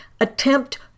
Attempt